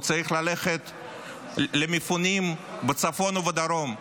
הוא צריך ללכת למפונים בצפון ובדרום,